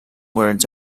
words